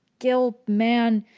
gill man.